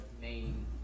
main